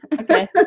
Okay